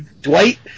Dwight